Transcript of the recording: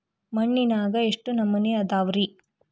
ಮಣ್ಣಿನಾಗ ಎಷ್ಟು ನಮೂನೆ ಅದಾವ ರಿ?